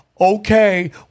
okay